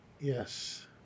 Yes